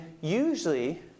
usually